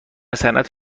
صنعت